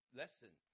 lesson